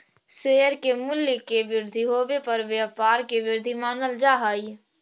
share के मूल्य के वृद्धि होवे पर व्यापार के वृद्धि मानल जा हइ